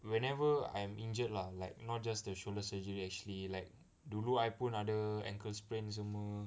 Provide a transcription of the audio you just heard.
whenever I am injured lah like not just the shoulder surgery actually like dulu I pun ada ankle sprain ni semua